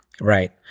Right